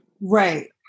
Right